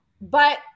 But-